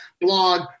blog